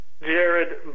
Jared